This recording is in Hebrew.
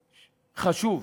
חשוב.